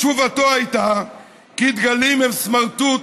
תשובתו הייתה כי דגלים הם סמרטוט,